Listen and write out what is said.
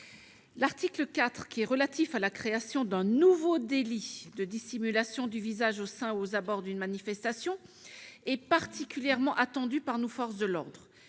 Larticle 4, relatif à la création d'un nouveau délit de dissimulation du visage au sein ou aux abords d'une manifestation, est particulièrement attendu par nos forces de l'ordre.